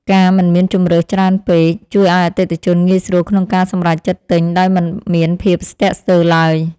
ការមិនមានជម្រើសច្រើនពេកជួយឱ្យអតិថិជនងាយស្រួលក្នុងការសម្រេចចិត្តទិញដោយមិនមានភាពស្ទាក់ស្ទើរឡើយ។